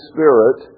Spirit